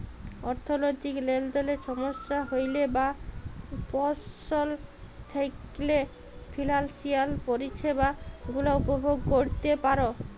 অথ্থলৈতিক লেলদেলে সমস্যা হ্যইলে বা পস্ল থ্যাইকলে ফিলালসিয়াল পরিছেবা গুলা উপভগ ক্যইরতে পার